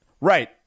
Right